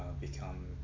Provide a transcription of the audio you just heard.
become